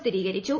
സ്ഥിരീകരിച്ചു